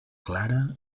clara